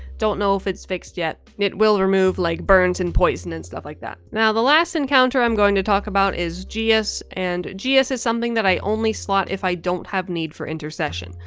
don't know if it's fixed yet. it will remove like burns and poison and stuff like that. now the last encounter i'm going to talk about is geas, and geas is something that i only slot if i don't have need for intercession.